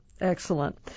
Excellent